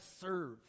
serve